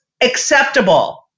acceptable